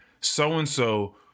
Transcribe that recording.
so-and-so